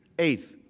eighth,